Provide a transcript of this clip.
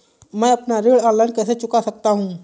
मैं अपना ऋण ऑनलाइन कैसे चुका सकता हूँ?